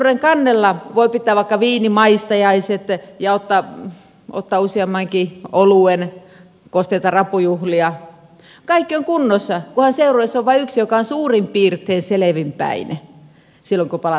huvipurren kannella voi pitää vaikka viininmaistajaiset ja ottaa useammankin oluen kosteita rapujuhlia kaikki on kunnossa kunhan seurueessa on vaan yksi joka on suurin piirtein selvin päin silloin kun palataan satamaan